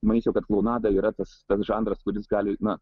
manyčiau kad klounada yra tas žanras kuris gali na